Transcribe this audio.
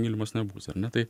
mylimas nebūsi ar ne tai